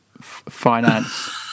Finance